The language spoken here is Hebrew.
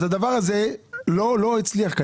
הדבר הזה כנראה לא הצליח.